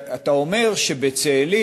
אתה אומר שבצאלים,